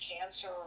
cancer